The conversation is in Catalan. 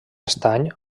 estany